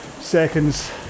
seconds